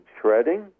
shredding